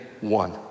one